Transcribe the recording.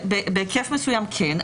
בהיקף מסוים כן,